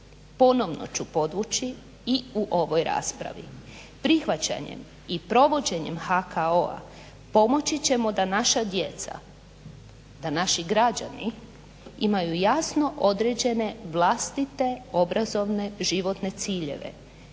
Ponovno ću podvući i u ovoj raspravi prihvaćanjem i provođenjem HKO-a pomoći ćemo da naša djeca, da naši građani imaju jasno određene vlastite obrazovne životne ciljeve